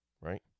Right